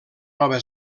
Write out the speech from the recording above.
nova